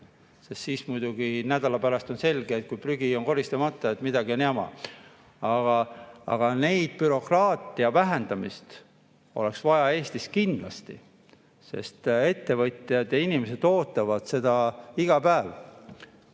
sest siis on nädala pärast selge, kui prügi on koristamata, et midagi on jama. Bürokraatia vähendamist oleks aga Eestis kindlasti vaja, sest ettevõtjad ja inimesed ootavad seda iga päev.